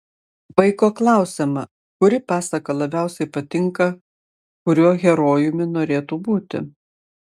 vaiko klausiama kuri pasaka labiausiai patinka kuriuo herojumi norėtų būti